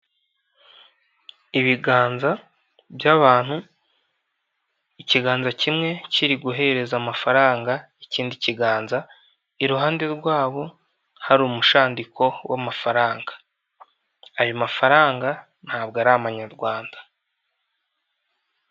Ibiganza by'abantu, ikiganza kimwe kiri guhereza amafaranga ikindi kiganza, iruhande rwabo hari umushandiko w'amafaranga. Ayo mafaranga ntabwo ari amanyarwanda.